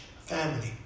family